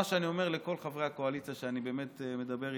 מה שאני אומר לכל חברי הקואליציה שאני באמת מדבר איתם: